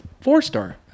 four-star